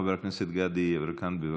חבר הכנסת גדי יברקן, בבקשה.